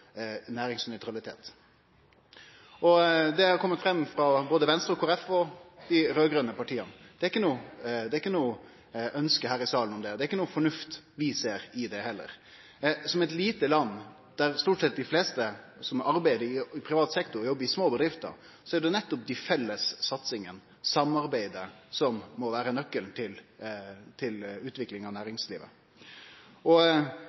for næringsnøytralitet. Det har kome fram frå både Venstre og Kristeleg Folkeparti og dei raud-grøne partia at det ikkje er noko ønske her i salen om det. Vi ser heller ikkje noka fornuft i det. For eit lite land, der stort sett dei fleste som arbeider i privat sektor, jobbar i små bedrifter, er det nettopp dei felles satsingane, samarbeidet, som må vere nøkkelen til utvikling av